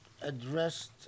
addressed